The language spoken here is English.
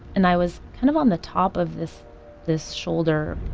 and i was kind of on the top of this this shoulder.